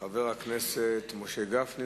חבר הכנסת משה גפני,